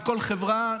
מכל חברה,